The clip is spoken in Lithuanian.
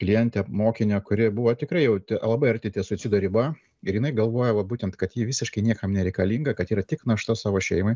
klientę mokinę kuri buvo tikrai jau labai arti ties suicido riba ir jinai galvoja va būtent kad ji visiškai niekam nereikalinga kad yra tik našta savo šeimai